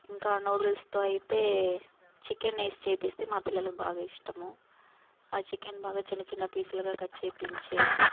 ఇంకా నూడిల్స్తో అయితే చికెనేసి చేపిస్తే మా పిల్లలకి బాగా ఇష్టము ఆ చికెన్ బాగా చిన్న చిన్న పీసులుగా కట్ చేపించేసి